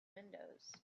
windows